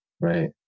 Right